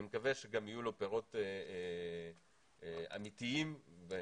אני מקווה שגם יהיו לו פירות אמיתיים בשטח.